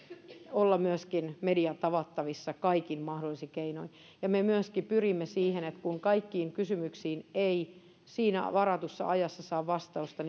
olla myöskin median tavattavissa kaikin mahdollisin keinoin ja me myöskin pyrimme siihen että kun kaikkiin kysymyksiin ei siinä varatussa ajassa saa vastausta